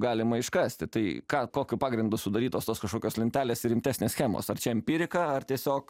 galima iškasti tai ką kokiu pagrindu sudarytos tos kažkokios lentelės ir rimtesnės schemos ar čia empirika ar tiesiog